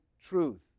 truth